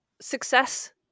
success